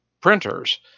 printers